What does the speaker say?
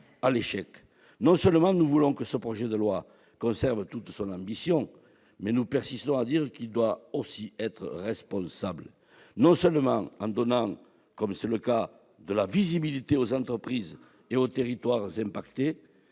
connu ! Non seulement nous voulons que ce projet de loi conserve toute son ambition, mais nous persistons à dire qu'il doit aussi être responsable, non seulement en donnant- comme c'est le cas -de la visibilité aux entreprises et territoires impactés,